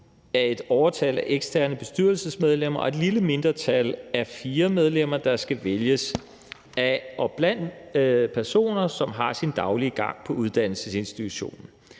af et overtal af eksterne bestyrelsesmedlemmer og et lille mindretal af fire medlemmer, der skal vælges af og blandt personer, som har deres daglige gang på uddannelsesinstitutionen.